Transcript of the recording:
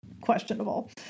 questionable